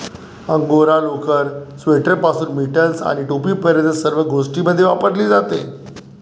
angora लोकर, स्वेटरपासून mittens आणि टोपीपर्यंत सर्व गोष्टींमध्ये वापरली जाते